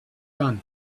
gun